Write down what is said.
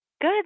Good